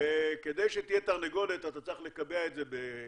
כדי שתהיה תרנגולת אתה צריך לקבע את זה בחוק.